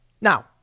Now